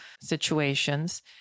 situations